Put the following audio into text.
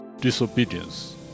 disobedience